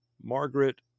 Margaret